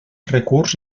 recurs